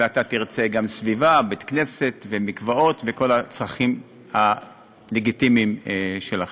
ואתה תרצה גם סביבה: בית-כנסת ומקוואות וכל הצרכים הלגיטימיים שלכם.